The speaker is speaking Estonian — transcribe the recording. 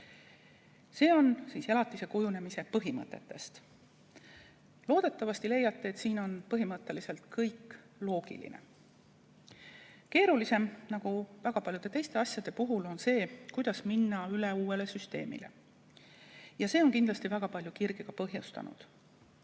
siis elatise kujunemise põhimõtetest. Loodetavasti leiate, et siin on kõik loogiline. Keerulisem, nagu väga paljude teistegi asjade puhul, on see, kuidas minna üle uuele süsteemile. See on kindlasti väga palju kirgi tekitanud.